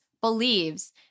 believes